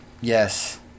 Yes